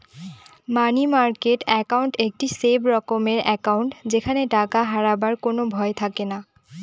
মানি market account একটি safe রকমের account যেখানে টাকা হারাবার কোনো ভয় থাকেনা